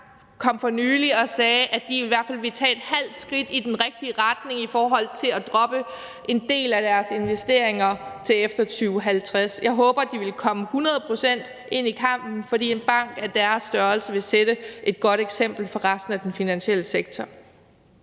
kom for nylig og sagde, at de i hvert fald ville tage et halvt skridt i den rigtige retning i forhold til at droppe en del af deres investeringer her til efter 2050. Jeg håber, at de vil komme hundrede procent ind i kampen, for en bank af deres størrelse vil sætte et godt eksempel for resten af den finansielle sektor.